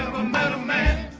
a man a man